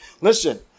Listen